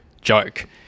joke